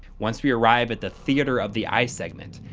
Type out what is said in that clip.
once we arrive at the theater of the eye segment,